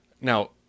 Now